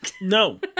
No